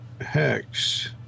hex